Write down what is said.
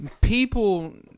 People